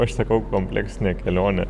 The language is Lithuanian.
aš sakau kompleksinė kelionė